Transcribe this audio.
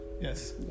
yes